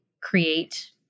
create